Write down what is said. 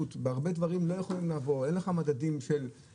האוכלוסיות המבוגרות תמיד יהיו